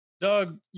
Doug